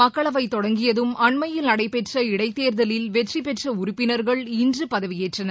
மக்களவைத் தொடங்கியதும் அண்மையில் நடைபெற்ற இளடத்தேர்தலில் வெற்றிபெற்ற உறுப்பினர்கள் இன்று பதவியேற்றனர்